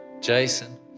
Jason